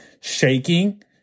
shaking